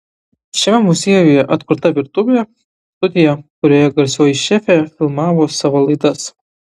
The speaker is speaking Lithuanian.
šiame muziejuje atkurta virtuvė studija kurioje garsioji šefė filmavo savo laidas